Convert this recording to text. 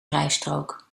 rijstrook